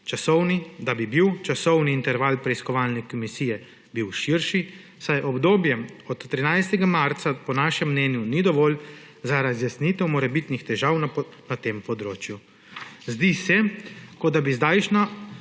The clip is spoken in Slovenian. želeli, da bi bil časovni interval preiskovalne komisije širši, saj obdobje od 13. marca po našem mnenju ni dovolj za razjasnitev morebitnih težav na tem področju. Zdi se, ko da bi se zdajšnja